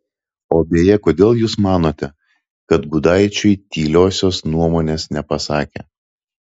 o beje kodėl jūs manote kad gudaičiui tyliosios nuomonės nepasakė